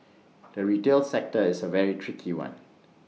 the retail sector is A very tricky one